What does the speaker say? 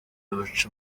buca